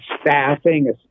staffing